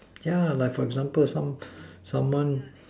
yeah like for example some someone